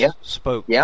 spoke